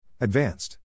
Advanced